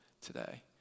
today